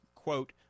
Quote